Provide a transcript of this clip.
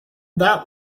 that